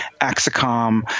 Axicom